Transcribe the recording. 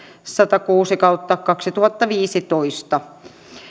satakuusi kautta kaksituhattaviisitoista